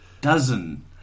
dozen